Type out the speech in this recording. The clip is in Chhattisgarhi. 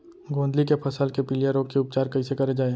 गोंदली के फसल के पिलिया रोग के उपचार कइसे करे जाये?